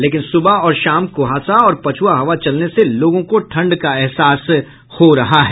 लेकिन सुबह और शाम कुंहासा और पछुआ हवा चलने से लोगों को ठंड का एहसास हो रहा है